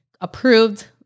Approved